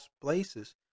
places